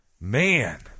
Man